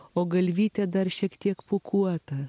o galvytė dar šiek tiek pūkuota